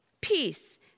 peace